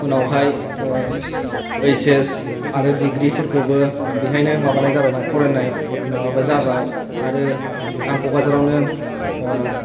उनावहाय ओइस एस आरो दिग्रि फोरखौबो बेहायनो माबानाय जाबाय फरायनाय माबाबाय जाबाय आरो आं क'क्राझारावनो